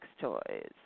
toys